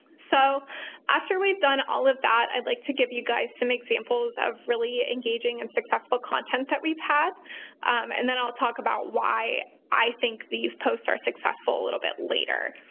so after we've done all of that, i'd like to give you guys some examples of really engaging and successful content that we've had and then i'll talk about why i think these posts are successful a little bit later.